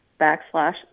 backslash